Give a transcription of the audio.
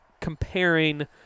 comparing